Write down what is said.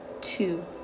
Two